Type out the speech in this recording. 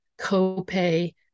copay